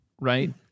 right